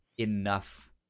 Enough